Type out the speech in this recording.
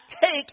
take